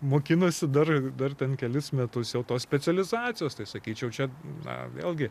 mokinasi dar ir dar ten kelis metus jau tos specializacijos tai sakyčiau čia na vėlgi